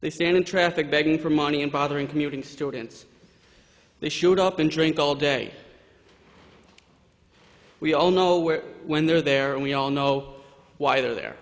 they stand in traffic begging for money and bothering commuting students they shoot up and drink all day we all know where when they're there and we all know why they are there